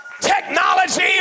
technology